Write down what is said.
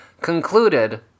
concluded